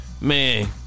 man